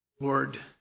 Lord